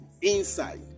inside